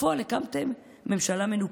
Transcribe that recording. בפועל הקמתם ממשלה מנופחת,